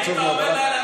עצוב מאוד,